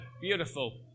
beautiful